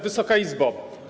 Wysoka Izbo!